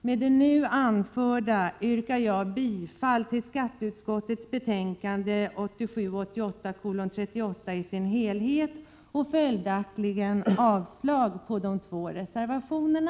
Med det nu anförda yrkar jag bifall till skatteutskottets hemställan i dess helhet och följaktligen avslag på de två reservationerna.